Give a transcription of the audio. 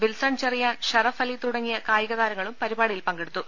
Wilson Cherian Sharafali തുടങ്ങിയ കായിക താരങ്ങളും പരിപാടിയിൽ പങ്കെടുത്തു